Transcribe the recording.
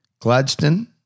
Gladstone